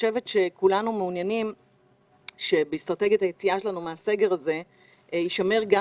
כולנו מעוניינים שבאסטרטגיית היציאה שלנו מן הסגר הזה יישמר גם